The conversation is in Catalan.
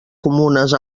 comunes